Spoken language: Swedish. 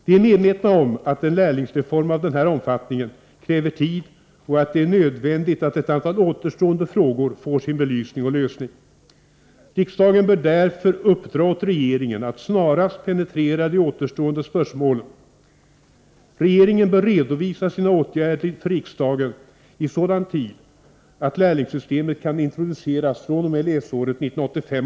Vi är medvetna om att en lärlingsreform av den här omfattningen kräver tid och att det är nödvändigt att ett antal återstående frågor får sin belysning och lösning. Riksdagen bör därför uppdra åt regeringen att snarast penetrera de återstående spörsmålen. Regeringen bör redovisa sina åtgärder för riksdagen i sådan tid att lärlingssystemet kan introduceras fr.o.m. läsåret 1985/86.